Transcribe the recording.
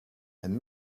and